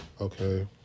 Okay